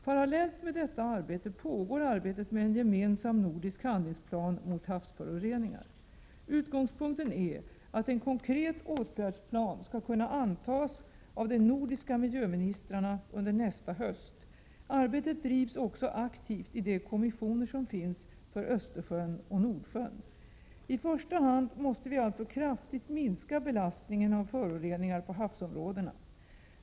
Parallellt med detta arbete pågår arbetet med en gemensam nordisk handlingsplan mot havsföroreningar. Utgångspunkten är att en konkret åtgärdsplan skall kunna antas av de nordiska miljöministrarna under nästa höst. Arbetet drivs också aktivt i de kommissioner som finns för Östersjön och Nordsjön. I första hand måste vi alltså kraftigt minska belastningen av föroreningar på havsområdena.